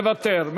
מוותר,